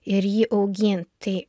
ir jį augint tai